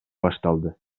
башталды